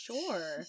Sure